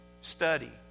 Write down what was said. study